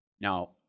Now